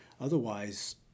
otherwise